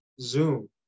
Zoom